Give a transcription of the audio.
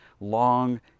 long